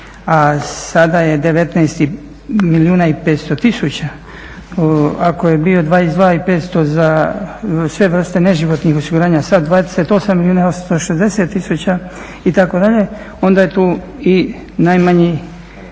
a sada je 19 milijuna i 500 tisuća, ako je bio 22 i 500 za sve vrste neživotnih osiguranja, sada 28 milijuna i 860 tisuća, itd. onda je tu i najmanji